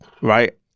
right